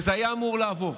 וזה היה אמור לעבור,